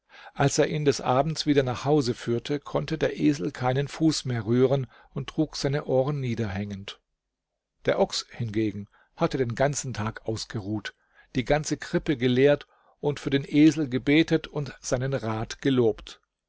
als er ihn des abends wieder nach hause führte konnte der esel keinen fuß mehr rühren und trug seine ohren niederhängend der ochs hingegen hatte den ganzen tag ausgeruht die ganze krippe geleert und für den esel gebetet und seinen rat gelobt